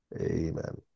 Amen